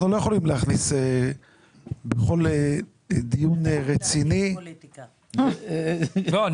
אנחנו לא יכולים להכניס בכל דיון רציני --- ההיפך,